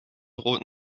roten